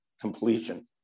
completion